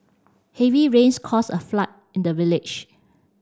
heavy rains caused a flood in the village